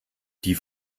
die